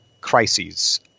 crises